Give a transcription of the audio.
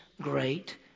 great